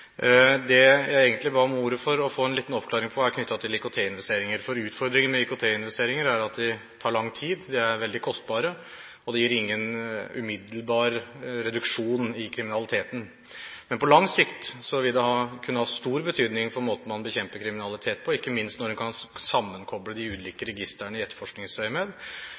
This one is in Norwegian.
Utfordringen med IKT-investeringer er at de tar lang tid, de er veldig kostbare, og de gir ingen umiddelbar reduksjon i kriminaliteten. Men på lang sikt vil det kunne ha stor betydning for måten man bekjemper kriminalitet på, ikke minst når en kan sammenkoble de ulike registrene i